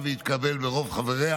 והתקבל ברוב חבריה,